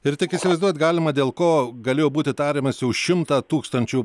ir tik įsivaizduot galima dėl ko galėjo būti tariamasi už šimtą tūkstančių